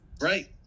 right